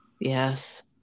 Yes